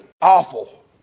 awful